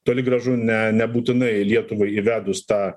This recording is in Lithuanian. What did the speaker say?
toli gražu ne nebūtinai lietuvai įvedus tą